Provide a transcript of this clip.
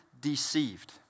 deceived